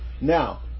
Now